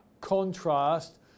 contrast